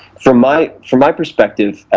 from my from my perspective,